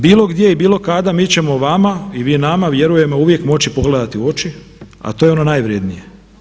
Bilo gdje i bilo kada mi ćemo vama i vi nama vjerujemo uvijek moći pogledati u oči, a to je ono najvrijednije.